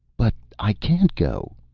but i can't go,